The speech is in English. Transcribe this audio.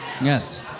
Yes